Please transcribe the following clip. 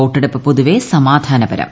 വോട്ടെടുപ്പ് പൊതുവെ സമാധാനപരം